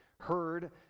heard